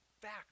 fact